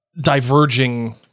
diverging